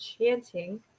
chanting